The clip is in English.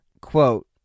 Quote